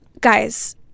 guys